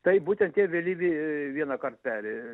taip būtent tie vėlyvi vienąkart peri